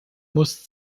muss